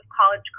college